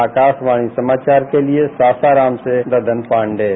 आकाशवाणी समाचार के लिए सासाराम से ददनजी पांडेय